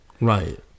Right